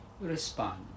respond